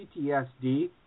PTSD